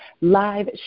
live